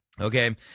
okay